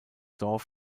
dorf